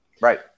Right